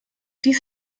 dies